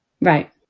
right